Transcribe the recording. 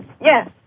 Yes